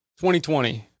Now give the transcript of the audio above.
2020